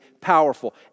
powerful